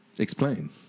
Explain